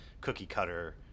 cookie-cutter